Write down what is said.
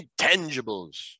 Intangibles